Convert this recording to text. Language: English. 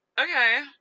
Okay